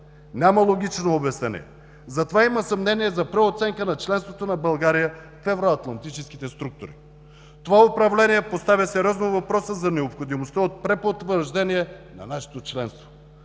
Няма логично обяснение. Затова има съмнение за преоценка на членството на България в евроатлантическите структури. Това управление поставя сериозно въпроса за необходимостта от препотвърждение на нашето членство.